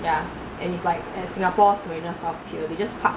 ya and it's like at Singapore's Marina South Pier they just park